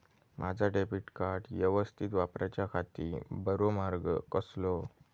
माजा debit card यवस्तीत वापराच्याखाती बरो मार्ग कसलो?